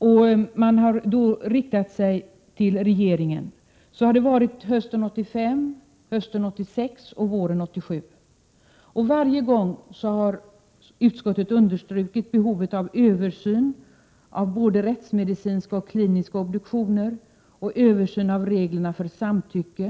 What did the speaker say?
Utskottet har riktat sig till regeringen hösten 1985, hösten 1986 och våren 1987. Varje gång har utskottet understrukit behovet av översyn av både rättsmedicinska och kliniska obduktioner och av reglerna för samtycke.